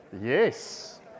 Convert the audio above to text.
Yes